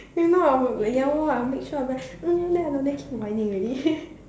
you know I will like ya lah I'll make sure I'll be like mm then I down there keep whining already